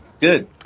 Good